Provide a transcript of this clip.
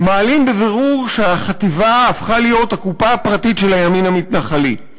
מעלים בבירור שהחטיבה הפכה להיות הקופה הפרטית של הימין המתנחלי.